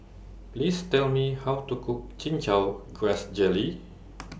Please Tell Me How to Cook Chin Chow Grass Jelly